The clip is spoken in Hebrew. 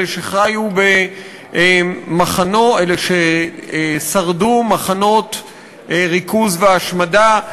אלה ששרדו מחנות ריכוז והשמדה,